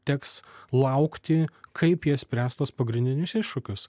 teks laukti kaip jie spręs tuos pagrindinius iššūkius